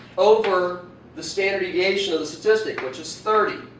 over the standard deviation of the statistic which is thirty.